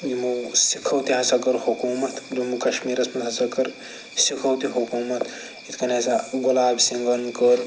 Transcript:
یِمو سِکھو تہ ہسا کٔر حکومت جموں کشمیٖرس منٛز ہسا کٔر سکھو تہِ حکومت یتھ کٔنۍ ہسا گۄلاب سنگھن کٔر